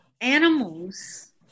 Animals